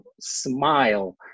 smile